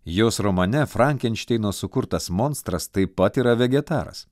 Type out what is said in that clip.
jos romane frankenšteino sukurtas monstras taip pat yra vegetaras